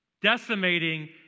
decimating